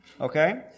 Okay